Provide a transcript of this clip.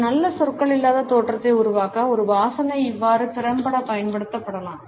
ஒரு நல்ல சொற்கள் இல்லாத தோற்றத்தை உருவாக்க ஒரு வாசனை இவ்வாறு திறம்பட பயன்படுத்தப்படலாம்